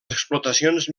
explotacions